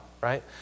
right